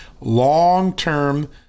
long-term